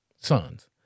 sons